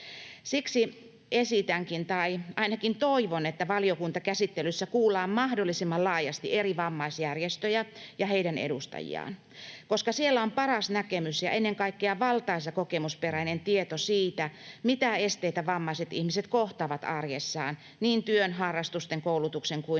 Siksi esitänkin, tai ainakin toivon, että valiokuntakäsittelyssä kuullaan mahdollisimman laajasti eri vammaisjärjestöjä ja heidän edustajiaan, koska siellä on paras näkemys ja ennen kaikkea valtaisa kokemusperäinen tieto siitä, mitä esteitä vammaiset ihmiset kohtaavat arjessaan niin työn, harrastusten, koulutuksen kuin